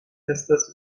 estas